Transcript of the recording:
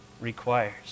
requires